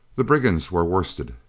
the brigands were worsted,